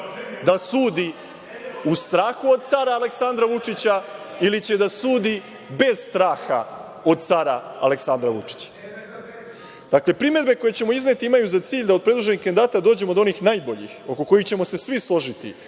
da sudi u strahu od cara Aleksandra Vučića ili će da sudi bez straha od cara Aleksandra Vučića? Dakle, primedbe koje ćemo izneti imaju za cilj da od predloženih kandidata dođemo do onih najboljih, oko kojih ćemo se svi složiti,